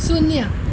શૂન્ય